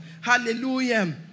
Hallelujah